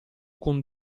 con